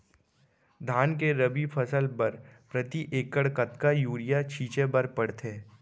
धान के रबि फसल बर प्रति एकड़ कतका यूरिया छिंचे बर पड़थे?